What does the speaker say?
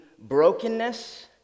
brokenness